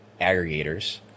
aggregators